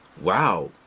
wow